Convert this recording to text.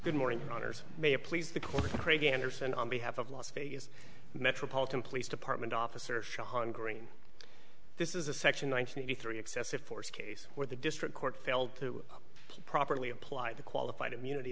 good morning honors may please the court craig anderson on behalf of las vegas metropolitan police department officer sean green this is a section one hundred eighty three excessive force case where the district court failed to properly apply the qualified immunity